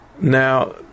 Now